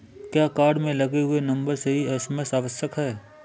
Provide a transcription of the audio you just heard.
क्या कार्ड में लगे हुए नंबर से ही एस.एम.एस आवश्यक है?